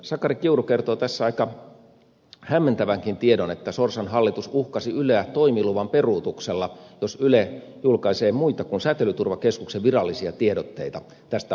sakari kiuru kertoo tässä aika hämmentävänkin tiedon että sorsan hallitus uhkasi yleä toimiluvan peruutuksella jos yle julkaisee muita kuin säteilyturvakeskuksen virallisia tiedotteita tästä onnettomuudesta